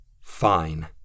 Fine